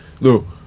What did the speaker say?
no